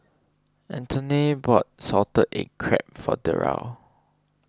Anthoney bought Salted Egg Crab for Derald